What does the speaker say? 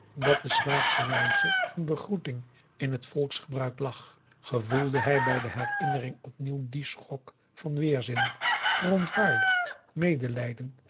dat de slaafsche wijze van begroeting in het volksgebruik lag gevoelde hij bij de herinnering opnieuw dien schok van weerzin verontwaardigd medelijden